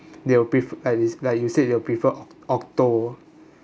they will pre~ uh it's like you said they will prefer ok~ okto